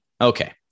okay